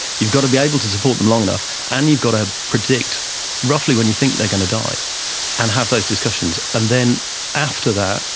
you've got to be able to support them long enough, and you've got to predict roughly when you think they are going to die and have those discussions. and then after that,